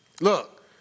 Look